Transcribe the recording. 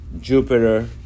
Jupiter